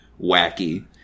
wacky